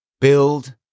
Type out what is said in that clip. Build